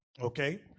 Okay